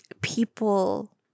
people